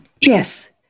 Yes